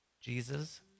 Jesus